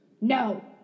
No